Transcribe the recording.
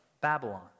Babylon